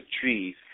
trees